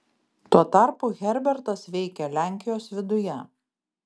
tuo tarpu herbertas veikė lenkijos viduje